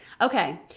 Okay